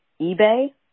eBay